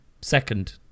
Second